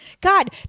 God